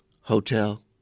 hotel